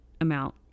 amount